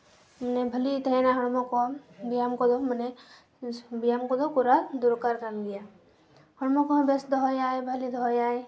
ᱢᱟᱱᱮ ᱵᱷᱟᱹᱞᱤ ᱛᱟᱦᱮᱱᱟ ᱦᱚᱲᱢᱚ ᱠᱚ ᱵᱮᱭᱟᱢ ᱠᱚ ᱢᱟᱱᱮ ᱵᱮᱭᱟᱢ ᱠᱚᱫᱚ ᱠᱚᱨᱟᱣ ᱫᱚᱨᱠᱟᱨ ᱠᱟᱱ ᱜᱮᱭᱟ ᱦᱚᱲᱢᱚ ᱠᱚᱦᱚᱸ ᱵᱮᱥ ᱫᱚᱦᱚᱭᱟᱭ ᱵᱮᱥ ᱫᱚᱦᱚᱭᱟᱭ ᱵᱷᱟᱹᱞᱤ ᱫᱚᱦᱚᱭᱟᱭ